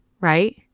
right